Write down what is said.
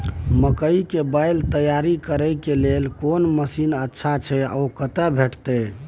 मकई के बाईल तैयारी करे के लेल कोन मसीन अच्छा छै ओ कतय भेटय छै